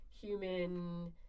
human